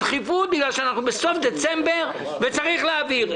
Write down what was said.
הדחיפות היא בגלל שאנחנו בסוף דצמבר וצריך להעביר.